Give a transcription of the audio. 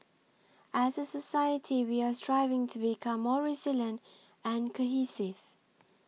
as a society we are striving to become more resilient and cohesive